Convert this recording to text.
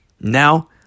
Now